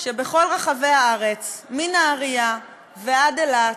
שבכל רחבי הארץ, מנהריה ועד אילת,